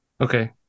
Okay